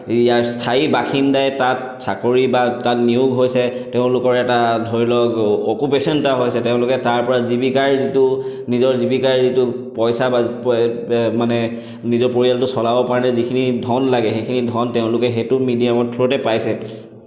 ইয়াৰ স্থায়ী বাসিন্দাই তাত চাকৰি বা তাত নিয়োগ হৈছে তেওঁলোকৰ এটা ধৰি লওক অ' অকুপেশ্যন এটা হৈছে তেওঁলোকে তাৰ পৰা জীৱিকাৰ যিটো নিজৰ জীৱিকাৰ যিটো পইচা বা মানে নিজৰ পৰিয়ালটো চলাবৰ কাৰণে যিখিনি ধন লাগে সেইখিনি ধন তেওঁলোকে সেইটো মিডিয়ামৰ থ্ৰোতে পাইছে